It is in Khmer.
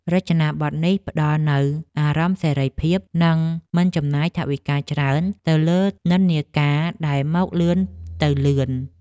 រចនាប័ទ្មនេះផ្តល់នូវអារម្មណ៍សេរីភាព និងមិនចំណាយថវិកាច្រើនទៅលើនិន្នាការដែលមកលឿនទៅលឿន។